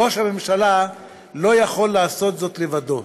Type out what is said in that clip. ראש הממשלה לא יכול לעשות זאת לבדו.